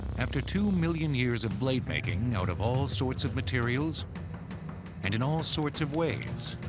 after two million years of blade-making, out of all sorts of materials and in all sorts of ways,